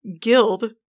guild